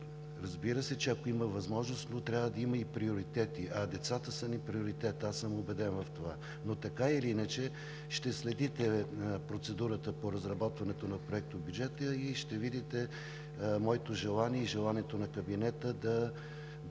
Разбира се, че ако има възможност, но трябва да има и приоритети, а децата са ни приоритет. Убеден съм в това! Но така или иначе, ще следите процедурата по разработването на Проектобюджета и ще видите моето желание и желанието на Кабинета да помогне